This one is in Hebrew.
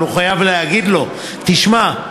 אבל הוא חייב להגיד לו: תשמע,